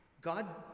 God